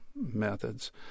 methods